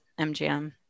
MGM